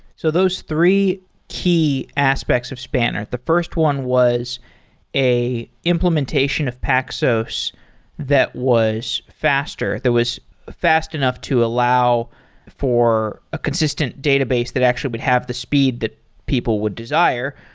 so those three key aspects of spanner, the first one was an implementation of paxos that was faster. that was fast enough to allow for a consistent database that actually would have the speed that people would desire.